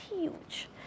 huge